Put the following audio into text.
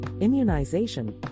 immunization